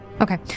Okay